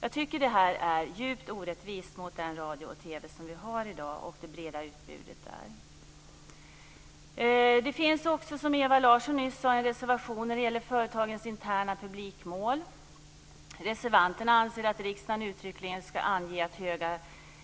Jag tycker att det är djupt orättvist mot den radio och TV som vi har i dag och det breda utbudet där. Det finns också, som Ewa Larsson nyss sade, en reservation som gäller företagens interna publikmål. Reservanterna anser att riksdagen uttryckligen skall ange att höga